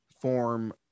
form